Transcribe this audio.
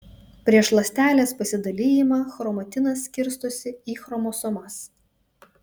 prieš ląstelės pasidalijimą chromatinas skirstosi į chromosomas